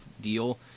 deal